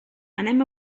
anem